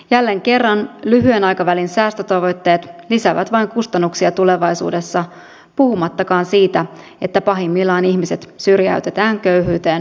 jälleen kerran lyhyen aikavälin säästötavoitteet lisäävät vain kustannuksia tulevaisuudessa puhumattakaan siitä että pahimmillaan ihmiset syrjäytetään köyhyyteen loppuelämäkseen